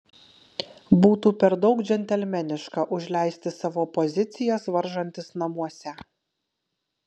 būtų per daug džentelmeniška užleisti savo pozicijas varžantis namuose